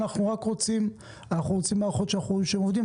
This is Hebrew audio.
אנחנו רוצים מערכות שעובדות.